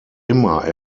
immer